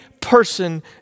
person